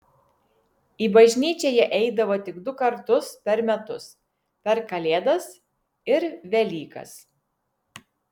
į bažnyčią jie eidavo tik du kartus per metus per kalėdas ir velykas